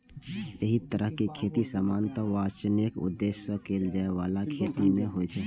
एहि तरहक खेती सामान्यतः वाणिज्यिक उद्देश्य सं कैल जाइ बला खेती मे होइ छै